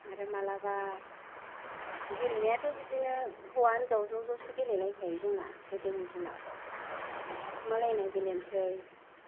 आरो मालाबा गेलेनायाथ' बिदिनो हौवा हिनजाव ज' ज'सो गेलेलायखायो जोंना गोदोनि दिनाव थाखोमालायनाय गेलेनोसै